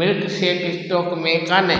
milkshake stock में कान्हे